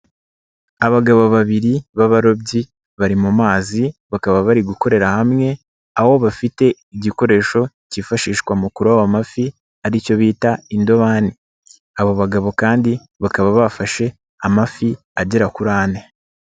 Abagabo babiri b'abarobyi bari mu mazi, bakaba bari gukorera hamwe, aho bafite igikoresho cyifashishwa mu kuroba amafi, aricyo bita indobani. Abo bagabo kandi bakaba bafashe amafi agera kuri ane.